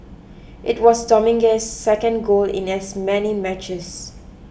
it was Dominguez's second goal in as many matches